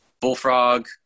Bullfrog